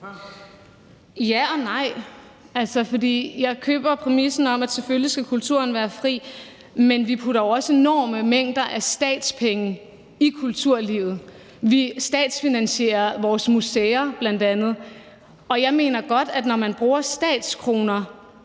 ja og nej til. Jeg køber præmissen om, at kulturen selvfølgelig skal være fri, men vi putter jo også enorme mængder af statspenge i kulturlivet. Vi statsfinansierer bl.a. vores museer, og jeg mener godt, at der, når man bruger statskroner